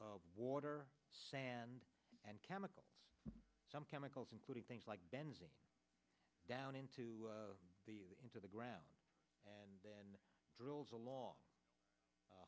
of water sand and chemicals some chemicals including things like benzene down into the into the ground and then drills along